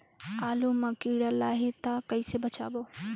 आलू मां कीड़ा लाही ता कइसे बचाबो?